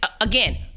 again